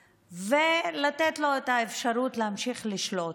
ולתת לו את האפשרות להמשיך לשלוט.